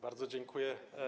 Bardzo dziękuję.